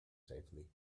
safely